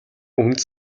өмнөд